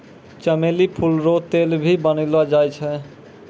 चमेली फूल रो तेल भी बनैलो जाय छै